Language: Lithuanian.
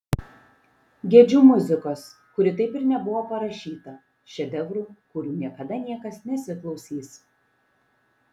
gedžiu muzikos kuri taip ir nebuvo parašyta šedevrų kurių niekada niekas nesiklausys